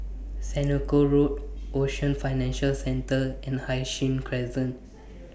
Senoko Road Ocean Financial Centre and Hai Sing Crescent